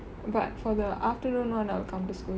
but for the afternoon one I'll come to school